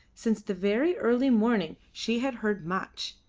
since the very early morning she had heard much,